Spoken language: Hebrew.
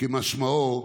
כמשמעו,